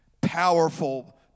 powerful